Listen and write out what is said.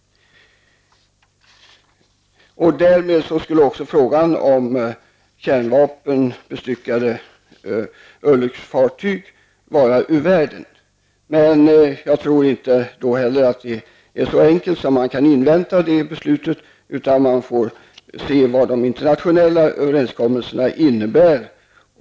Därigenom skulle också frågan om kärnvapenbestyckade örlogsfartyg vara ur världen. Men jag tror inte att det är så enkelt att man bara har att invänta ett sådant beslut. Man får också se vad de internationella överenskommelserna innebär.